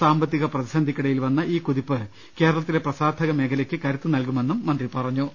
സാമ്പത്തിക പ്രതിസന്ധിക്കിടയിൽ വന്ന ഈ കുതിപ്പ് കേരളത്തിലെ പ്രസാ ട ധകമേഖലയ്ക്ക് കരുത്ത് നൽകുമെന്നും മന്ത്രി പറഞ്ഞു